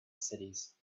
cities